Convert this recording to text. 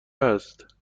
هست